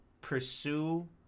pursue